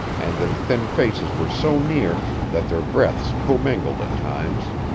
and their thin faces were so near that their breaths commingled at times